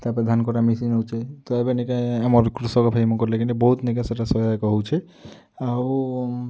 ତାପରେ ଧାନ୍ କଟା ମେସିନ୍ ଅଉଛେ ତ ଏବେ ନେଇକେଁ ଆମର୍ କୃଷକ ଭାଇମାନଙ୍କର୍ ଲେକିନ୍ ଏ ବହୁତ୍ ନେଇକେଁ ସେଟା ସହାୟକ ହଉଛେ ଆଉ